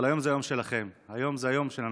אבל היום זה היום שלכן, היום זה היום של הנשים.